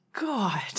god